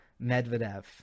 Medvedev